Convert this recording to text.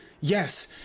yes